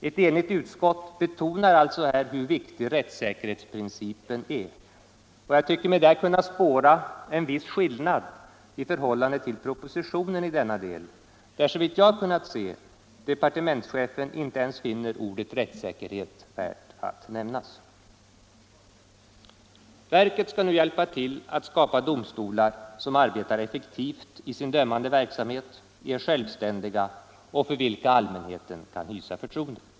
Ett enigt utskott betonar alltså hur viktig rättssäkerhetsprincipen är, och jag tycker mig kunna spåra en viss skillnad i förhållande till propositionen i denna del. Såvitt jag kunnat se finner departementschefen inte ens ordet ”rättssäkerhet” värt att nämnas. Verket skall nu hjälpa till att skapa domstolar som arbetar effektivt i sin dömande verksamhet och är självständiga och för vilka allmänheten kan hysa förtroende.